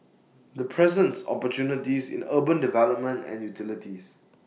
this presents opportunities in urban development and utilities